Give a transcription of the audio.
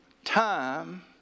Time